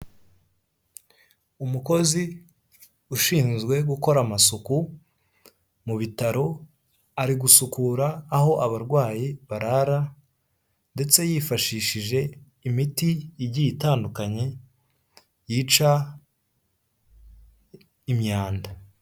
Umukozi ushinzwe gukora amasuku mu bitaro, ari gusukura aho abarwayi barara, ndetse yifashishije imiti igiye itandukanye yica imyanda.